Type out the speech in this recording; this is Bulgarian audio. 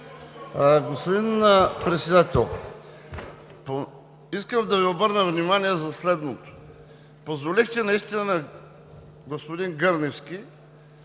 Господин Председател, искам да Ви обърна внимание за следното: позволихте наистина на господин Гърневски